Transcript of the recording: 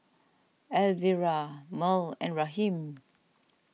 Elvira Merl and Raheem